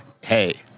Hey